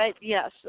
yes